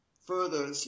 further